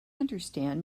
understand